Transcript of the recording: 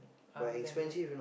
other than that